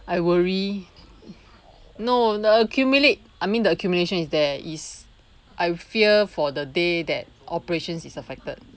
I worry no accumulate I mean the accumulation is there is I fear for the day that operations is affected